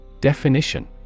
Definition